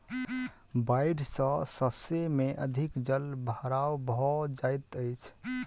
बाइढ़ सॅ शस्य में अधिक जल भराव भ जाइत अछि